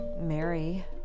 Mary